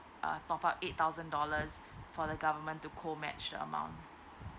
uh top up eight thousand dollars for the government to co match amount